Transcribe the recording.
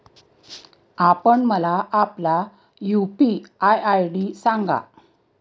आपण मला आपला यू.पी.आय आय.डी सांगा